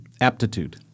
Aptitude